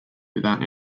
without